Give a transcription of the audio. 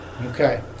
Okay